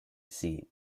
seat